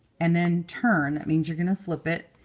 and then turn. that means you're going to flip it.